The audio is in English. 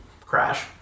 crash